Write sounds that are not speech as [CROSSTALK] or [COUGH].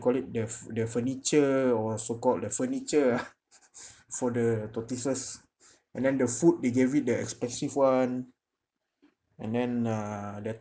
call it the the furniture or so called the furniture ah [LAUGHS] for the tortoises and then the food they gave it the expensive one and then uh the